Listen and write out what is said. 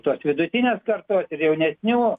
tos vidutinės kartos ir jaunesnių